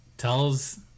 tells